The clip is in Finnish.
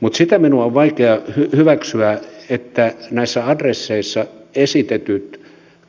mutta sitä minun on vaikea hyväksyä että näissä adresseissa esitetyt